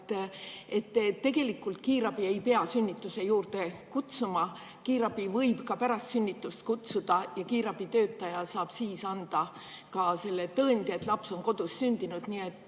Tegelikult kiirabi ei pea sünnituse juurde kutsuma, kiirabi võib ka pärast sünnitust kutsuda ja kiirabitöötaja saab siis anda tõendi, et laps on kodus sündinud. Nii et